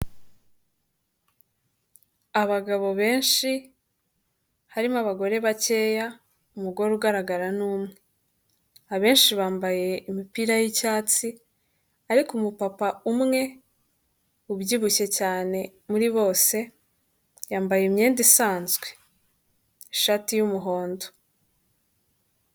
Abagabo benshi, harimo abagore bakeya, umugore ugaragara ni umwe, abenshi bambaye imipira y'icyatsi ariko umupapa umwe ubyibushye cyane muri bose yambaye imyenda isanzwe ishati y'umuhondo.